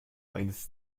eines